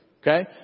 Okay